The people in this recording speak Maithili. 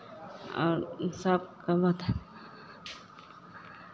आओर सभके